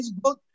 Facebook